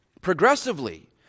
Progressively